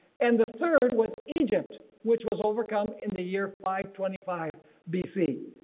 and the third was egypt which was overcome in the year five twenty five b c.